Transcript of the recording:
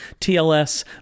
TLS